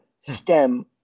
stem